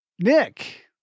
Nick